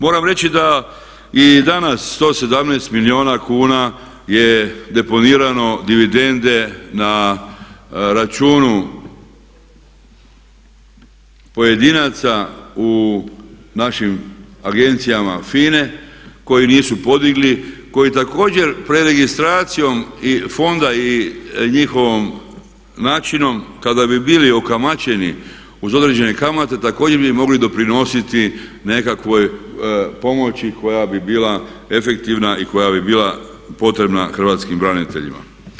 Moram reći da i danas 117 milijuna kuna je deponirano dividende na računu pojedinaca u našim agencijama FINA-e koji nisu podigli i koji također pred registracijom fonda i njihovim načinom kada bi bili okamaćeni uz određene kamate također bi mogli doprinositi nekakvoj pomoći koja bi bila efektivna i koja bi bila potrebna hrvatskim braniteljima.